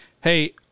hey